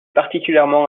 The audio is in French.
particulièrement